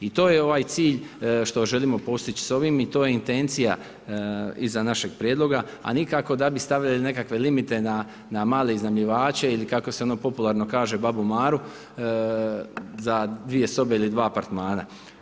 I to je ovaj cilj što želimo postići s ovim i to je intencija iza našeg prijedloga a nikako da bi stavili nekakve limite na male iznajmljivače ili kako se ono popularno kaže babu Maru za dvije sobe ili dva apartmana.